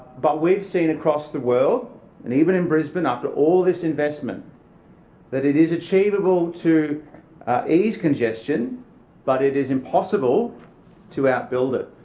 but we've seen across the world and even in brisbane after all this investment that it is achievable to ease congestion but it is impossible to outbuild it.